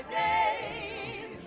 days